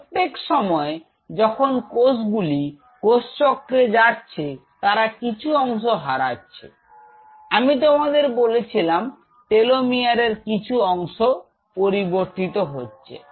প্রত্যেক সময় যখন কোষগুলি কোষচক্রের যাচ্ছে তারা কিছু অংশ হারাচ্ছে আমি তোমাদের বলেছিলাম টেলোমিয়ারের কিছু অংশ পরিবর্তিত হচ্ছে